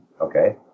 Okay